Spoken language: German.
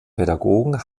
pädagogen